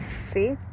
See